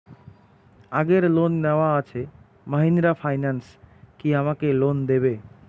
আগের লোন নেওয়া আছে মাহিন্দ্রা ফাইন্যান্স কি আমাকে লোন দেবে?